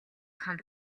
хамт